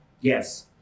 Yes